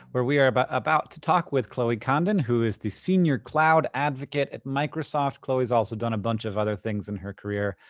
where we are about about to talk with chloe condon, who is the senior cloud advocate at microsoft. chloe has also done a bunch of other things in her career,